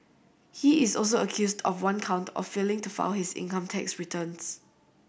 he is also accused of one count of failing to file his income tax returns